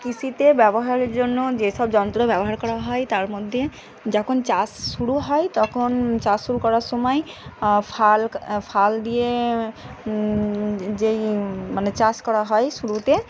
কৃষিতে ব্যবহারের জন্য যে সব যন্ত্র ব্যবহার করা হয় তার মধ্যে যখন চাষ শুরু হয় তখন চাষ শুরু করার সময় ফাল ফাল দিয়ে যেই মানে চাষ করা হয় শুরুতে